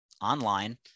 online